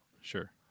Sure